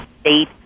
state